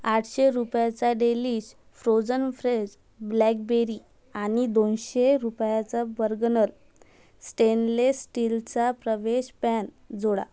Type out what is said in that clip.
आठशे रुपयांच्या Delish frozen fresh blackberry आणि दोनशे रुपयांचा बर्गनर स्टेनलेस स्टीलचा प्रवेश पॅन जोडा